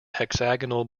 hexagonal